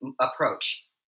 approach